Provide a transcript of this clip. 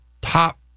top